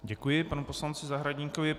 Děkuji panu poslanci Zahradníkovi.